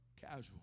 casual